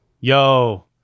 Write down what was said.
yo